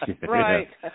Right